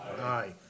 Aye